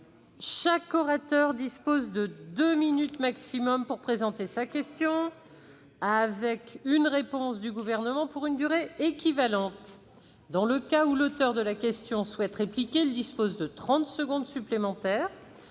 chaque orateur peut intervenir pour deux minutes maximum pour présenter sa question, avec une réponse du Gouvernement pour une durée équivalente. Dans le cas où l'auteur de la question souhaite répliquer, il dispose de trente secondes supplémentaires,